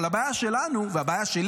אבל הבעיה שלנו, הבעיה שלי